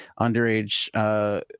underage